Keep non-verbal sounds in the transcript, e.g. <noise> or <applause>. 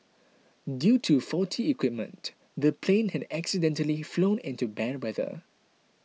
<noise> due to faulty equipment the plane had accidentally flown into bad weather